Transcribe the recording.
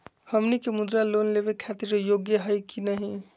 हमनी के मुद्रा लोन लेवे खातीर योग्य हई की नही?